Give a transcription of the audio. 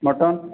mutton